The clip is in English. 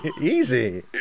Easy